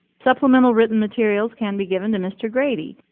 supplemental written materials can be given to mr. grady,